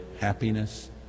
happiness